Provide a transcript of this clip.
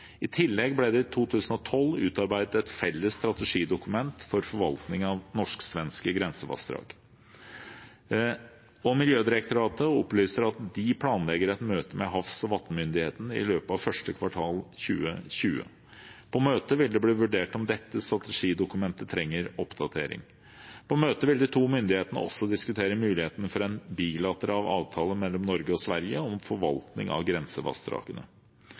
I tillegg ble det i 2012 utarbeidet et felles strategidokument for forvaltningen av norsk-svenske grensevassdrag. Miljødirektoratet opplyser at de planlegger et møte med Havs- og vattenmyndigheten i løpet av første kvartal 2020. På møtet vil det bli vurdert om dette strategidokumentet trenger oppdatering. På møtet vil de to myndighetene også diskutere mulighetene for en bilateral avtale mellom Norge og Sverige om forvaltning av